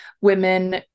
women